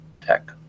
tech